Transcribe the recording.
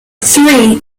three